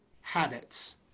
habits